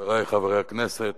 חברי חברי הכנסת,